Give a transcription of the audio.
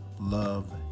love